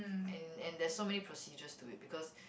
and and there's so many procedures to it because